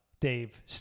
Dave